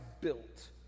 built